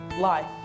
life